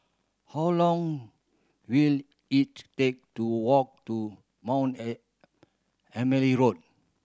how long will it take to walk to Mount Emily Road